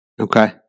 Okay